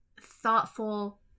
thoughtful